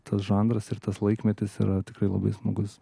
tas žanras ir tas laikmetis yra tikrai labai smagus